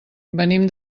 venim